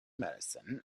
medicine